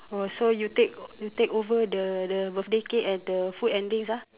oh so you take you take over the the birthday cake and the food and drinks ah